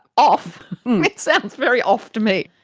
off? it sounds very off to me!